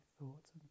thoughts